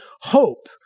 hope